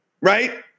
Right